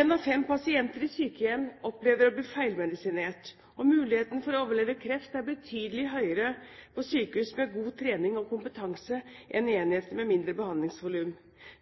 En av fem pasienter i sykehjem opplever å bli feilmedisinert. Muligheten for å overleve kreft er betydelig høyere på sykehus med god trening og god kompetanse enn på enheter med mindre behandlingsvolum.